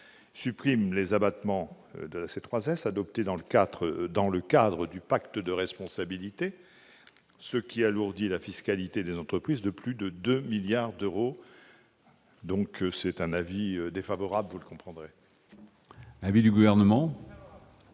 supprime les abattements de là c'est 3 S adoptée dans le 4 dans le cadre du pacte de responsabilité, ce qui alourdit la fiscalité des entreprises de plus de 2 milliards d'euros, donc c'est un avis défavorable, vous le comprendrez. Avis du gouvernement.